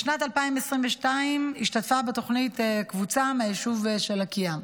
בשנת 2022 השתתפה בתוכנית קבוצה מהיישוב לקיה.